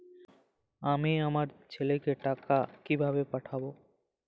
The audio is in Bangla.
আমি আমার ছেলেকে টাকা কিভাবে পাঠাব?